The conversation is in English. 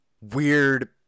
weird